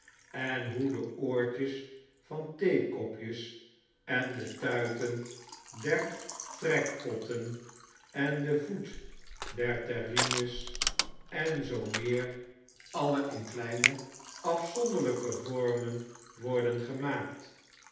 en hoe de oortjes van theekopjes en de tuiten dertrekpotteu en de voet der terrines en zoo meer alle in kleine afzonderlijke vormen worden gemaakt